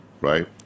right